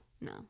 no